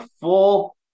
full